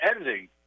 Editing